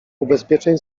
ubezpieczeń